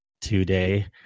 today